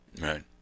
Right